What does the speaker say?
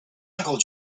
uncle